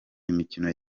imikino